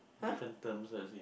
different terms